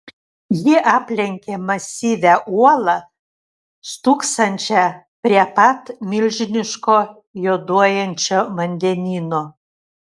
ji aplenkė masyvią uolą stūksančią prie pat milžiniško juoduojančio vandenyno